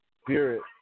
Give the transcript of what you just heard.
spirit